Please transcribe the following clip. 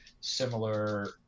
similar